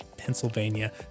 Pennsylvania